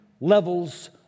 levels